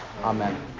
Amen